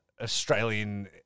Australian